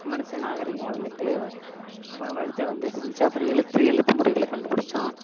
மனுஷன் நாகரிகம் வளர்ந்துட்டே வளர்ந்துட்டே வந்துகிட்டிருந்துச்சி அப்புறம் எழுத்து எழுத்து முறைகளை கண்டுப்பிடிச்சான்